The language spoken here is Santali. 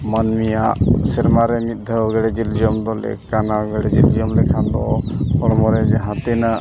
ᱢᱟᱹᱱᱢᱤᱭᱟᱜ ᱥᱮᱨᱢᱟᱨᱮ ᱢᱤᱫ ᱫᱷᱟᱣ ᱜᱮᱸᱰᱮ ᱡᱤᱞ ᱡᱚᱢ ᱫᱚ ᱞᱮᱠ ᱠᱟᱱᱟ ᱜᱮᱰᱮ ᱡᱤᱞ ᱡᱚᱢ ᱞᱮᱠᱷᱟᱱ ᱫᱚ ᱦᱚᱲᱢᱚ ᱨᱮ ᱡᱟᱦᱟᱸ ᱛᱤᱱᱟᱹᱜ